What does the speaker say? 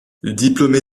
diplômé